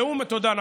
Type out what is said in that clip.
והוא מצביע, תודה.